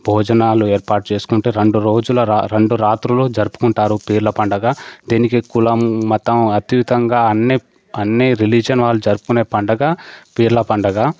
భోజనాలు ఏర్పాటు చేసుకుంటూ రెండు రోజుల రెండు రాత్రులు జరుపుకుంటారు పీర్ల పండగ దీనికి కులం మతం అతీతంగా అన్నీ అన్నీ రిలీజియన్ వాళ్ళు చేసుకునే పండగ పీర్ల పండుగ